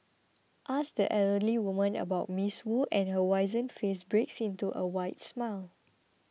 ask the elderly woman about Ms Wu and her wizened face breaks into a wide smile